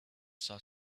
saw